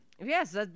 Yes